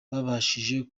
babashije